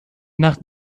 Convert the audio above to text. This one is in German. nach